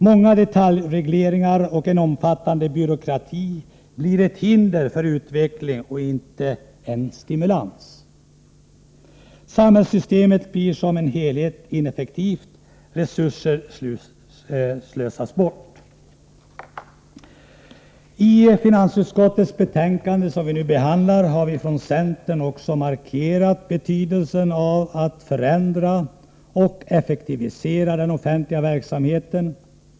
Många detaljregleringar och en omfattande byråkrati blir ett hinder för utveckling och inte en stimulans. Samhällssystemet blir som helhet ineffektivt, och resurser slösas bort. I finansutskottets betänkande, som vi nu behandlar, har vi från centern också markerat betydelsen av att förändra och effektivisera den offentliga verksamheten.